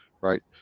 right